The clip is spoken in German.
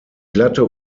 glatte